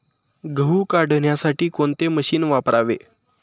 गहू काढण्यासाठी कोणते मशीन वापरावे?